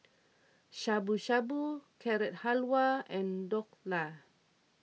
Shabu Shabu Carrot Halwa and Dhokla